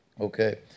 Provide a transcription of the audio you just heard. Okay